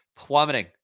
plummeting